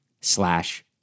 slash